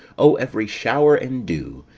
o every shower and dew,